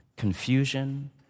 Confusion